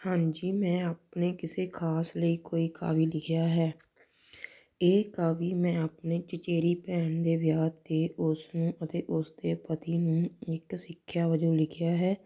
ਹਾਂਜੀ ਮੈਂ ਆਪਣੇ ਕਿਸੇ ਖ਼ਾਸ ਲਈ ਕੋਈ ਕਾਵਿ ਲਿਖਿਆ ਹੈ ਇਹ ਕਾਵਿ ਮੈਂ ਆਪਣੇ ਚਚੇਰੀ ਭੈਣ ਦੇ ਵਿਆਹ 'ਤੇ ਉਸਨੂੰ ਅਤੇ ਉਸਦੇ ਪਤੀ ਨੂੰ ਇੱਕ ਸਿੱਖਿਆ ਵਜੋਂ ਲਿਖਿਆ ਹੈ